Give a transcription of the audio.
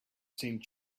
seemed